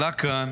עלה כאן